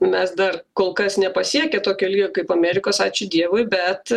mes dar kol kas nepasiekę tokio lygio kaip amerikos ačiū dievui bet